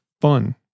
fun